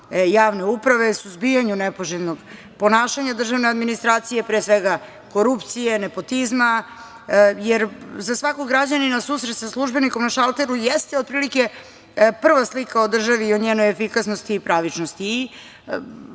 javne uprave, suzbijanju nepoželjnog ponašanja državne administracije, pre svega korupcije, nepotizma, jer za svakog građanina susret sa službenikom na šalteru jeste otprilike prva slika o državi i o njenoj efikasnosti i pravičnosti.